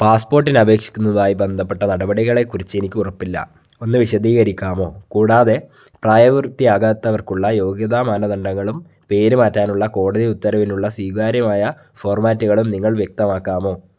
പാസ്പോർട്ടിന് അപേക്ഷിക്കുന്നതുമായി ബന്ധപ്പെട്ട നടപടികളെക്കുറിച്ച് എനിക്കുറപ്പില്ല ഒന്ന് വിശദീകരിക്കാമോ കൂടാതെ പ്രായപൂർത്തിയാകാത്തവർക്കുള്ള യോഗ്യതാ മാനദണ്ഡങ്ങളും പേര് മാറ്റാനുള്ള കോടതി ഉത്തരവിനുള്ള സ്വീകാര്യമായ ഫോർമാറ്റുകളും നിങ്ങൾ വ്യക്തമാക്കാമോ